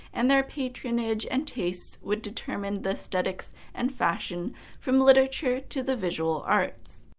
and their patronage and tastes would determine the aesthetics and fashion from literature to the visual arts.